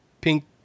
pink